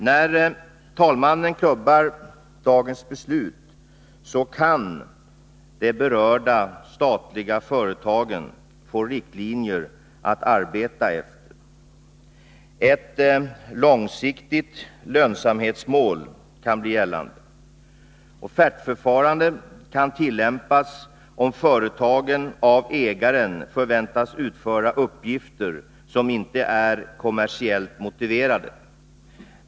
När talmannen klubbar dagens beslut kan de berörda statliga företagen få riktlinjer att arbeta efter. Ett långsiktigt lönsamhetsmål kan bli gällande. Offertförfarandet kan tillämpas om företagen av ägaren förväntas utföra uppgifter som inte är kommersiellt motiverade.